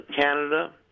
Canada